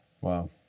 Wow